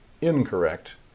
incorrect